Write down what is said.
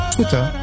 Twitter